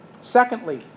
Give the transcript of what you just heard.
secondly